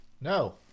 No